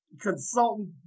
consultant